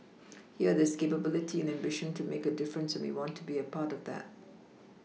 here there's capability and ambition to make a difference and we want to be a part of that